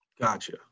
Gotcha